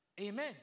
Amen